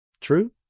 true